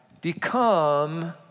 become